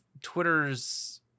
Twitter's